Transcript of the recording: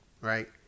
right